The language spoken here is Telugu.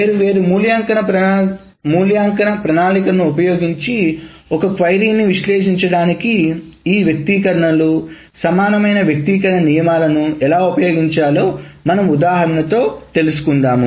వేర్వేరు మూల్యాంకన ప్రణాళికలను ఉపయోగించి ఒకే క్వెరీను విశ్లేషించడానికి ఈ వ్యక్తీకరణలు సమానమైన వ్యక్తీకరణ నియమాలను ఎలా ఉపయోగించాలో మనము ఉదాహరణతో తెలుసుకుందాం